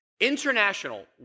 international